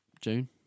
June